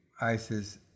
ISIS